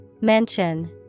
Mention